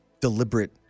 deliberate